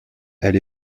elle